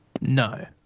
No